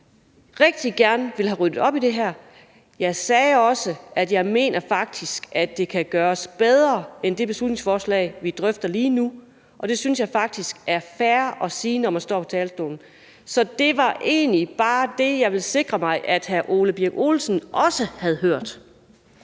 Venstre rigtig gerne vil have ryddet op i det her, og jeg sagde også, at jeg faktisk mener, at det kan gøres bedre end det beslutningsforslag, vi drøfter lige nu, og det synes jeg faktisk er fair at sige, når man står på talerstolen. Det var egentlig bare det, jeg vil sikre mig at hr. Ole Birk Olesen også havde hørt.